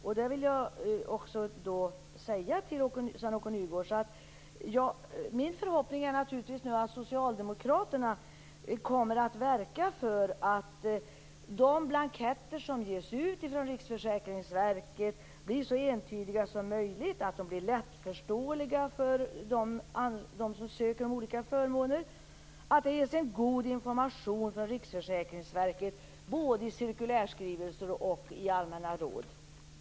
Jag vill säga till Sven-Åke Nygårds att min förhoppning är naturligtvis att Socialdemokraterna kommer att verka för att de blanketter som ges ut från Riksförsäkringsverket blir så entydiga som möjligt, blir lättförståeliga för dem som söker förmåner, att det ges en god information både i cirkulärskrivelser och i allmänna råd.